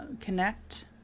connect